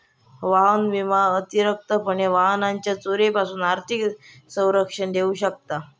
वाहन विमा अतिरिक्तपणे वाहनाच्यो चोरीपासून आर्थिक संरक्षण देऊ शकता